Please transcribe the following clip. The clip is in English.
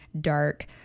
dark